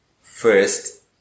first